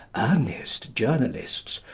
earnest journalists,